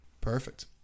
Perfect